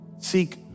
Seek